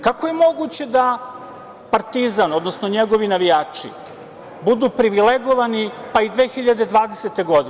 Kako je moguće da „Partizan“, odnosno njegovi navijači budu privilegovani, pa i 2020. godine?